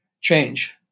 change